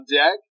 deck